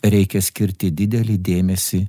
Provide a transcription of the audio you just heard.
reikia skirti didelį dėmesį